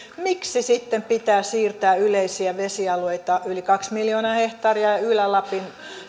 miksi sitten pitää siirtää yleisiä vesialueita yli kaksi miljoonaa hehtaaria ja ylä lapin